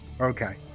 okay